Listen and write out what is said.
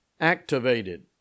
activated